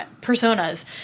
personas